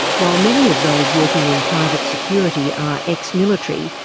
while many of those working in private security are ex-military,